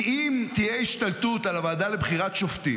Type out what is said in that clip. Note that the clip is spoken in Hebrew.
כי אם תהיה השתלטות על הוועדה לבחירת שופטים,